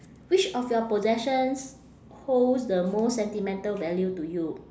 which of your possessions holds the most sentimental value to you